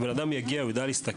אדם יודע להסתכל,